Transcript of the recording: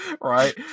Right